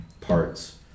parts